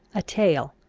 a tale.